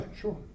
sure